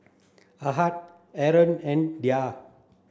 Ahad Aaron and Dhia